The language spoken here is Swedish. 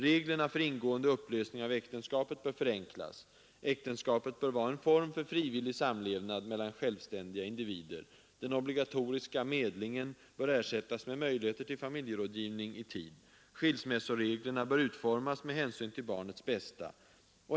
Reglerna för ingående och upplösning av äktenskapet bör förenklas. Äktenskapet bör vara en form för frivillig samlevnad mellan självständiga individer. Den obligatoriska medlingen bör ersättas med möjligheter till familjerådgivning i tid. Skilsmässoreglerna bör utformas med hänsyn till barnets bästa.